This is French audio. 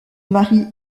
marie